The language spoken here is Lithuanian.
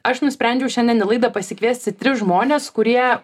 aš nusprendžiau šiandien į laidą pasikviesti tris žmones kurie